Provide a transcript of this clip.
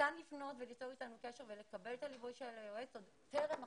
וניתן לפנות וליצור איתנו קשר ולקבל את הליווי של היועץ עוד טרם החזרה,